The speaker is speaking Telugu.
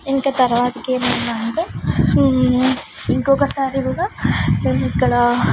ఇంక తర్వాతకేమైందంటే ఇంకొకసారి కూడా మేమిక్కడ